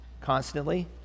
constantly